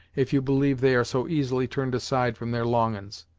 if you believe they are so easily turned aside from their longin's!